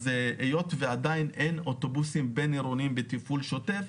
היות ועדיין אין אוטובוסים בין-עירוניים בתפעול שוטף,